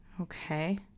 Okay